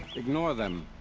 ignore them.